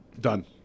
Done